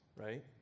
right